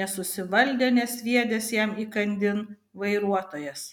nesusivaldė nesviedęs jam įkandin vairuotojas